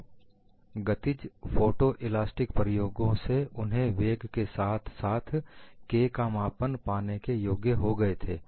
तो गतिज photo elastic प्रयोगों से उन्होंने वेग के साथ साथ K का मापन पाने के योग्य हो गए थे